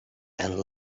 and